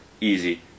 Easy